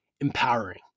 empowering